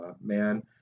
man